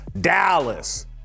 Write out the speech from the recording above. Dallas